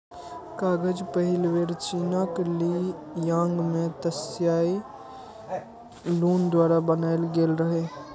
कागज पहिल बेर चीनक ली यांग मे त्साई लुन द्वारा बनाएल गेल रहै